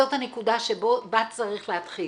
זאת הנקודה שבה צריך להתחיל.